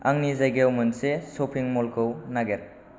आंनि जायगायाव मोनसे शपिं मलखौ नागिर